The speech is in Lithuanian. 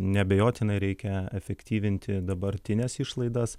neabejotinai reikia efektyvinti dabartines išlaidas